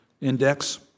Index